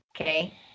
Okay